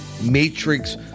Matrix